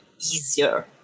easier